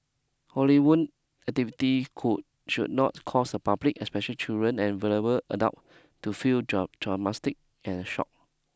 Halloween activity should not cause the public especially children and vulnerable adult to feel traumatised and shocked